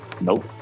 Nope